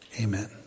Amen